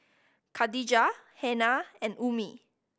Khadija Hana and Ummi